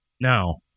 Now